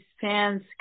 fans